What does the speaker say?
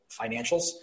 financials